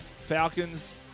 Falcons